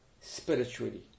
spiritually